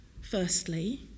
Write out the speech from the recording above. firstly